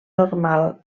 normal